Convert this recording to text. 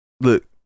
Look